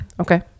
Okay